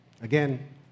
Again